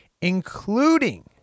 including